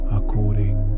according